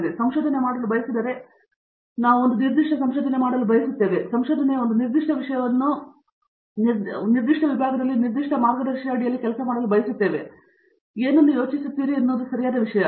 ಆದ್ದರಿಂದ ನಾವು ಸಂಶೋಧನೆ ಮಾಡಲು ಬಯಸಿದರೆ ನಾವು ಒಂದು ನಿರ್ದಿಷ್ಟವಾದ ಸಂಶೋಧನೆ ಮಾಡಲು ಬಯಸುತ್ತೇವೆ ನಾವು ಸಂಶೋಧನೆಯ ಒಂದು ನಿರ್ದಿಷ್ಟ ವಿಷಯವನ್ನು ಮಾಡಲು ಬಯಸುತ್ತೇವೆ ನಾವು ನಿರ್ದಿಷ್ಟ ವಿಭಾಗದಲ್ಲಿ ನಿರ್ದಿಷ್ಟ ಮಾರ್ಗದರ್ಶಿಯಲ್ಲಿ ಕೆಲಸ ಮಾಡಲು ಬಯಸುತ್ತೇವೆ ಶಿಸ್ತು ಅದು ಏನು ನೀವು ಏನನ್ನು ಯೋಚಿಸುತ್ತೀರಿ ಎನ್ನುವುದು ಸರಿಯಾದ ವಿಷಯ